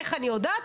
איך אני יודעת?